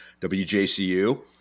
WJCU